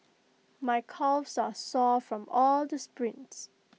my calves are sore from all the sprints